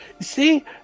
see